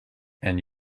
and